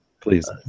Please